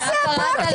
צאי.